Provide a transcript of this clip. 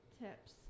tips